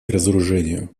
разоружению